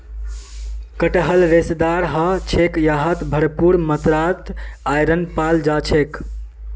कटहल रेशेदार ह छेक यहात भरपूर मात्रात आयरन पाल जा छेक